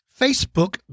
Facebook